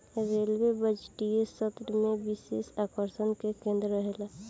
railway बजटीय सत्र में विशेष आकर्षण के केंद्र रहेला